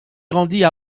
grandit